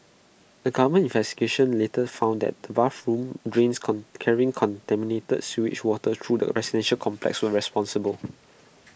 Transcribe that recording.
A government investigation later found that bathroom drains carrying contaminated sewage water through the residential complex were responsible